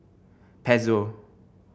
Pezzo